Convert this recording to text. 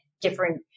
different